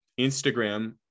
Instagram